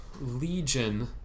Legion